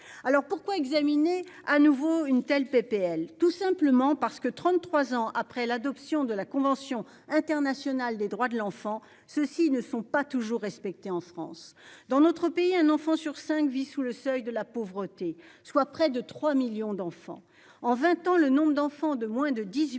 Alors pourquoi examiner à nouveau une telle PPL tout simplement parce que 33 ans après l'adoption de la convention internationale des droits de l'enfant. Ceux-ci ne sont pas toujours respectées en France dans notre pays, un enfant sur 5 vit sous le seuil de la pauvreté, soit près de 3 millions d'enfants en 20 ans le nombre d'enfants de moins de 18 ans